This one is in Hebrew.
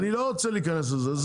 אני לא רוצה להיכנס לזה.